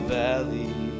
valley